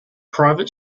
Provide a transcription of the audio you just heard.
private